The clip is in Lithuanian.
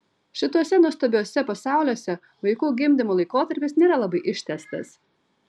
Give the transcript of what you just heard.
šituose nuostabiuose pasauliuose vaikų gimdymo laikotarpis nėra labai ištęstas